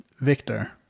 victor